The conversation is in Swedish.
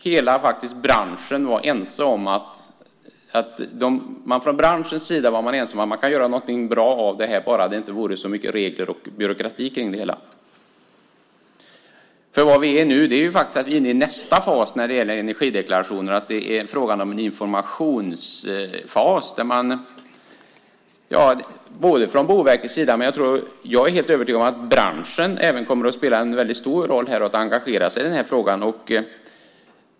Från branschens sida är man ense om att man skulle kunna göra något bra av detta om det bara inte vore så mycket regler och byråkrati kring det hela. Vi är nu inne i nästa fas när det gäller energideklarationerna. Det är fråga om en informationsfas för Boverkets del. Men jag är helt övertygad om att även branschen kommer att spela en stor roll här och kommer att engagera sig i frågan.